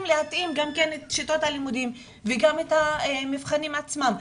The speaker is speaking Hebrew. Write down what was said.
להתאים גם כן את שיטות הלימודים וגם את המבחנים עצמם.